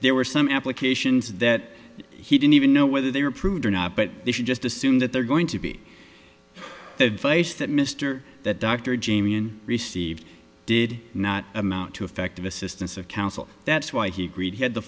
there were some applications that he didn't even know whether they were approved or not but they should just assume that they're going to be the case that mr that dr james received did not amount to effective assistance of counsel that's why he had the